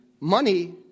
money